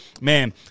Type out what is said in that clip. man